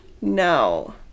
No